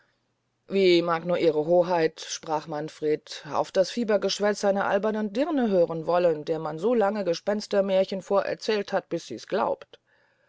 wie mag nur ihre hoheit sprach manfred auf das fiebergeschwätz einer albernen dirne hören wollen der man so lange gespenstermährchen vorerzählt hat bis sie glaubt